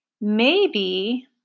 Maybe